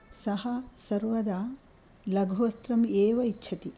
सः सर्वदा लघुवस्त्रम् एव इच्छति